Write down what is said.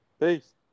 Peace